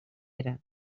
era